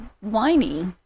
whiny